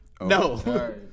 No